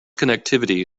connectivity